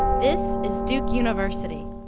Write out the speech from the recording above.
this is duke university.